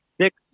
six